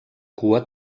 cua